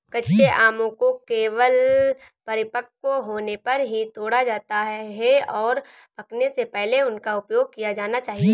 कच्चे आमों को केवल परिपक्व होने पर ही तोड़ा जाता है, और पकने से पहले उनका उपयोग किया जाना चाहिए